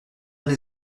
dans